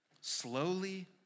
Slowly